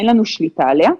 אין לנו שליטה עליה.